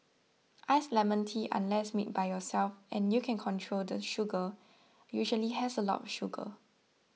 iced lemon tea unless made by yourself and you can control the sugar usually has a lot of sugar